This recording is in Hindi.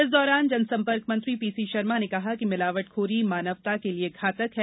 इस दौरान जनसम्पर्क मंत्री पीसी शर्मा ने कहा कि मिलावटखोरी मानवता के लिये घातक है